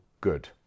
good